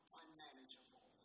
unmanageable